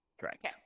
Correct